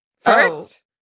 first